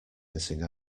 missing